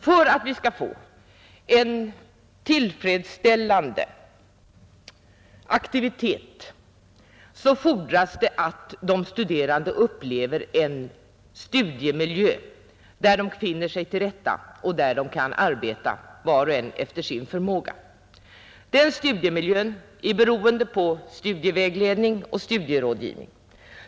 För att vi skall få en tillfredsställande aktivitet fordras det att de studerande upplever en studiemiljö där de finner sig till rätta och där de kan arbeta var och en efter sin förmåga. Den studiemiljön är beroende på bl.a. studievägledning och studierådgivning.